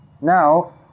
Now